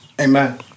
Amen